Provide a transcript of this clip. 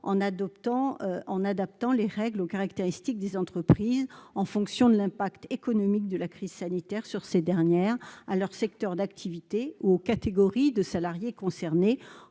notamment aux caractéristiques des entreprises en fonction de l'impact économique de la crise sanitaire sur ces dernières, de leur secteur d'activité ou des catégories de salariés concernés,